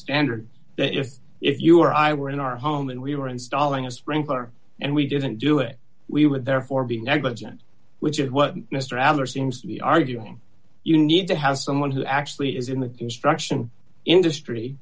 standard that if you were i were in our home and we were installing a sprinkler and we didn't do it we would therefore be negligent which is what mr al are seems to be arguing you need to have someone who actually is in the construction industry